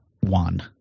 One